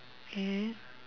okay